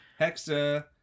Hexa